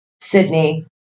sydney